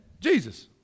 Jesus